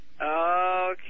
Okay